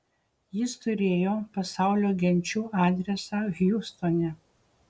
jis turėjo pasaulio genčių adresą hjustone